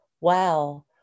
wow